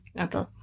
Okay